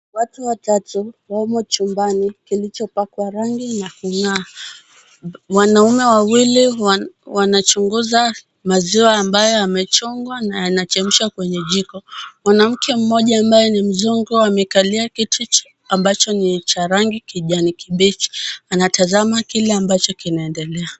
Watu watatu wamo chumbani, kilichopakwa rangi ya kung'aa, wanaume wawili wana wanachunguza maziwa ambayo yamechomwa na yanachemshwa kwenye jiko. Mwanamke mmoja ambaye ni mzungu amekalia kiti cha ambacho ni cha rangi kijani kibichi. Anatazama kile ambacho kinaendelea.